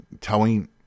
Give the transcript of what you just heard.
telling